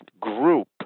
group